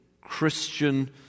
Christian